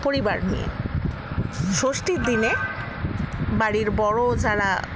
পরিবার নিয়ে ষষ্ঠীর দিনে বাড়ির বড় যারা